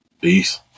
Peace